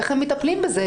איך הם מטפלים בזה,